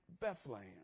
Bethlehem